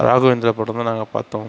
ராகவேந்திரா படந்தான் நாங்கள் பார்த்தோம்